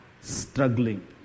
struggling